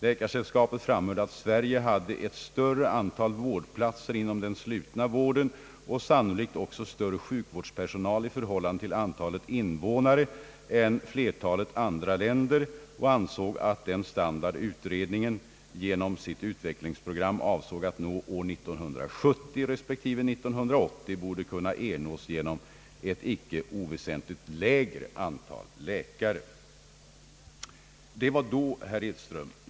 Läkarsällskapet framhöll, att Sverige hade ett större antal vårdplatser inom den slutna vården och sannolikt också större sjukvårdspersonal i förhållande till antalet invånare än flertalet andra länder, och ansåg att den standard utredningen genom sitt utvecklingsprogram avsåg att nå år 1970 respektive 1980 borde kunna ernås genom ett icke oväsentligt lägre antal läkare. Det var då, herr Edström.